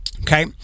Okay